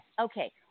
Okay